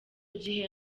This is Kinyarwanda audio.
gihe